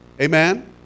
Amen